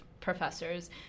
professors